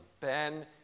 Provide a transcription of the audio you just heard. Ben